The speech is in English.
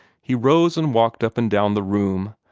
he rose and walked up and down the room,